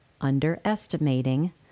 underestimating